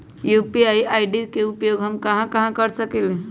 UPI ID के उपयोग हम कहां कहां कर सकली ह?